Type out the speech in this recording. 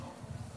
טוב.